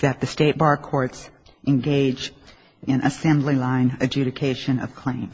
that the state bar courts engage in assembly line adjudication of claim